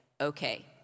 Okay